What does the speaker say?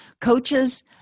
coaches